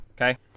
Okay